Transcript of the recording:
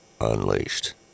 Unleashed